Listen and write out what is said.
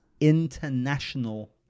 international